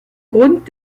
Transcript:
grund